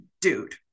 dude